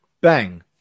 bang